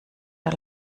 der